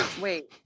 Wait